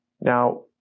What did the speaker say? Now